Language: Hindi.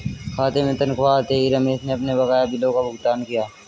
खाते में तनख्वाह आते ही रमेश ने अपने बकाया बिलों का भुगतान किया